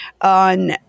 on